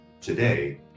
Today